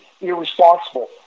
irresponsible